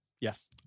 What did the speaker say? Yes